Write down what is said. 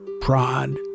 prod